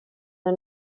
the